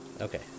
Okay